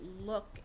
look